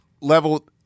level